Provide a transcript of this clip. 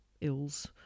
ills